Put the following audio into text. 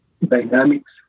dynamics